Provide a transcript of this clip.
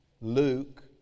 Luke